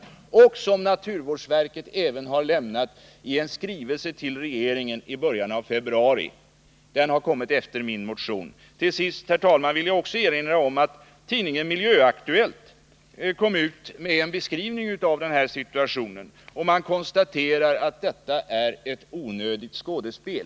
Dessa uppgifter har naturvårdsverket lämnat även i en skrivelse till regeringen i början av februari, alltså efter det att min motion skrevs. Till sist vill jag erinra om att tidningen Miljöaktuellt konstaterat att detta är ett onödigt skådespel.